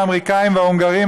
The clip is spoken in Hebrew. האמריקנים וההונגרים,